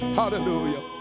hallelujah